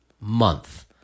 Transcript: month